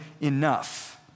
enough